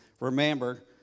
remember